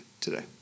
today